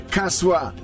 Kaswa